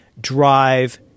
drive